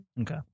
Okay